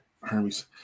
Hermes